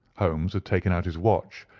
holmes had taken out his watch,